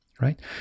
right